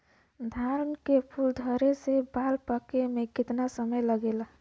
धान के फूल धरे से बाल पाके में कितना समय लागेला?